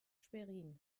schwerin